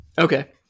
Okay